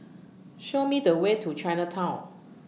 Show Me The Way to Chinatown